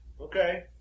Okay